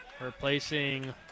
Replacing